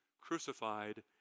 crucified